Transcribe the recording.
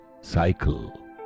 cycle